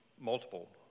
multiple